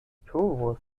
povus